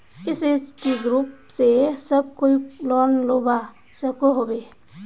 SHG group से सब कोई लोन लुबा सकोहो होबे?